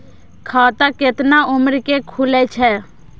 खाता केतना उम्र के खुले छै?